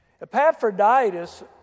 Epaphroditus